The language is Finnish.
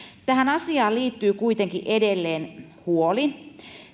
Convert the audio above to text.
tähän asiaan liittyy kuitenkin edelleen huoli